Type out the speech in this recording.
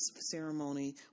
ceremony